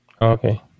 Okay